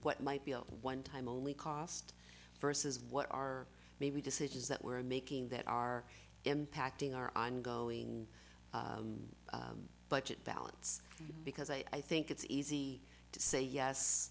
what might be a one time only cost versus what are maybe decisions that we're making that are impacting our ongoing budget balance because i think it's easy to say yes